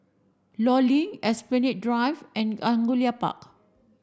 Law Link Esplanade Drive and Angullia Park